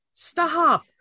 Stop